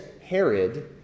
Herod